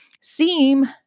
seem